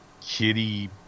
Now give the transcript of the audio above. kitty